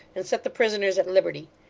and set the prisoners at liberty.